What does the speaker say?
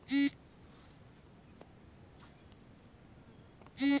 trust fund ఏర్పాటు చేసే దానికి పేపరు ఖర్చులే సానా ఎక్కువ